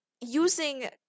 using